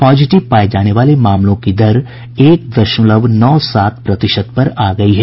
positive पाये जाने वाले मामलों की दर एक दशमलव नौ सात प्रतिशत पर आ गयी है